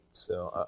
so ah